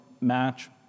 match